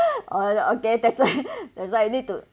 oh okay that's why that's why need to